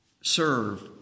serve